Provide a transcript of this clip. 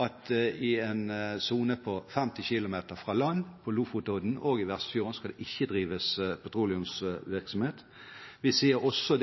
at i en sone på 50 km fra land på Lofotodden og i Vestfjorden skal det ikke drives petroleumsvirksomhet. Vi sier også